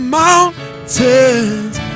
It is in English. mountains